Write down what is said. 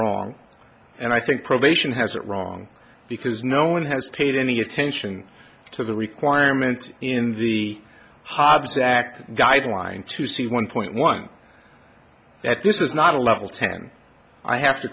wrong and i think probation has it wrong because no one has paid any attention to the requirements in the hobbs act guideline to see one point one that this is not a level ten i have to